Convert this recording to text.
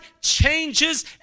changes